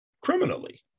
criminally